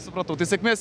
supratau tai sėkmės